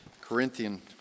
Corinthian